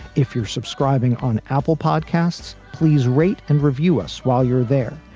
if you're subscribing on apple podcasts, please rate and review us while you're there.